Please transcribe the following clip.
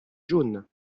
jaunes